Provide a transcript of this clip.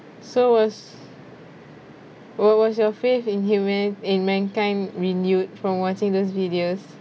so was what was your faith in human in mankind renewed from watching those videos